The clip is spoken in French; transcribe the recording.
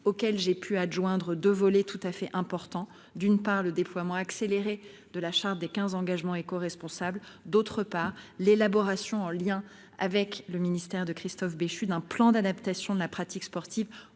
dernier. J'ai pu adjoindre deux volets tout à fait importants à ce plan : le déploiement accéléré de la charte des 15 engagements écoresponsables, d'une part ; l'élaboration, en lien avec le ministère de Christophe Béchu, d'un plan d'adaptation de la pratique sportive